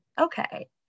Okay